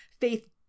Faith